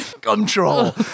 Control